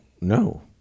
no